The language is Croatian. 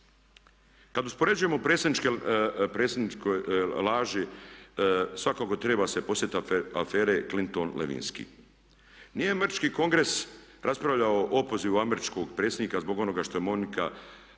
Kada uspoređujemo predsjedniče laži svakako treba se podsjetiti afere Clinton-Lewinski. Nije američki Kongres raspravljao o opozivu američkog predsjednika zbog onoga što je Monica Billu